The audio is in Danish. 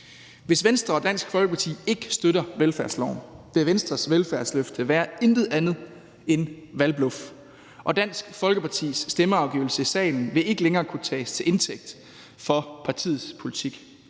Hvis Venstre og Dansk Folkeparti ikke støtter velfærdsloven, vil Venstres velfærdsløfte være intet andet end valgbluff, og Dansk Folkepartis stemmeafgivelse i salen vil ikke længere kunne tages til indtægt for partiets politik.